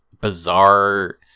bizarre